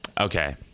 Okay